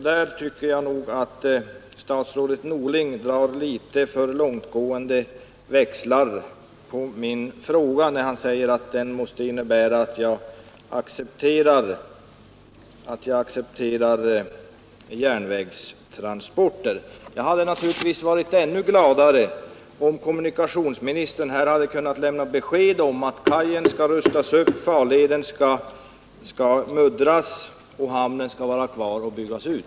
Där tycker jag nog att statsrådet Norling drar litet för långtgående växlar på min fråga när han säger att den måste innebära att jag accepterar järnvägstransporter. Jag hade naturligtvis varit ännu gladare om kommunikationsministern här hade kunnat lämna beskedet att kajen skall rustas upp och farleden muddras samt att hamnen skall få vara kvar och byggas ut.